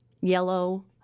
yellow